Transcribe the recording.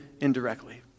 indirectly